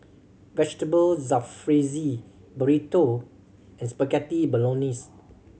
Vegetable Jalfrezi Burrito and Spaghetti Bolognese